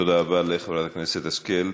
תודה רבה לחברת הכנסת השכל.